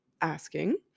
asking